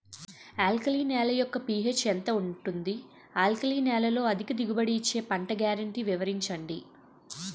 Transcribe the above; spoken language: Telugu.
ఆల్కలి నేల యెక్క పీ.హెచ్ ఎంత ఉంటుంది? ఆల్కలి నేలలో అధిక దిగుబడి ఇచ్చే పంట గ్యారంటీ వివరించండి?